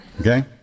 okay